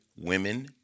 Women